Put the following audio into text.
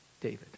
David